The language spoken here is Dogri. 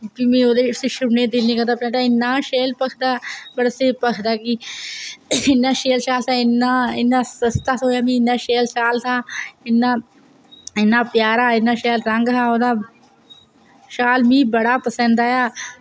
मिगी उसी छोड़नें गी मन नी करदा हा इन्ना शैल लगदा हा होर भखदा हा कि इन्ना शैल शाल हा इन्ना शैल शाल हा इन्ना प्यारा इन्ना शैल रंग हा ओह्दा शैल मिगी बड़ा पसंद आया